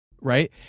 Right